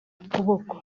ukuboko